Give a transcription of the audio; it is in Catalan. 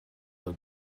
del